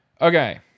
Okay